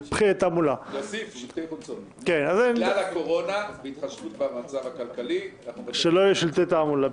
בגלל הקורונה בהתחשבות במצב הכלכלי שלא יהיו שלטי תעמולה.